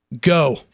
Go